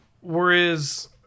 Whereas